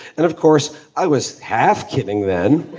and of course, i was half kidding then.